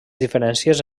diferències